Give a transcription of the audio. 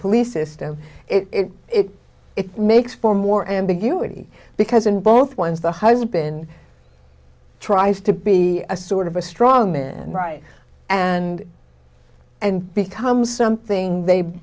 police system it makes for more ambiguity because in both ones the husband tries to be a sort of a strong man right and and becomes something they